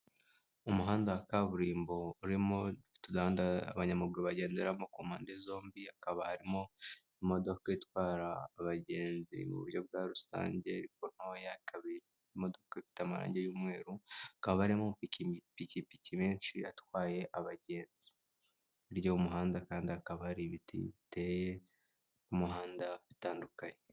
Umuhanda wa kaburimbo urimo utudanda abanyamaguru bagenderamo, ku mpande zombi hakaba harimo imodoka itwara abagenzi mu buryo bwa rusange ariko ntoya ikaba imodoka ifite amarangi y'umweru. Hakaba harimo amapikipiki menshi atwaye abagenzi. Hirya y'umuhanda kandi hakaba hari ibiti biteye ku muhanda bitandukanye.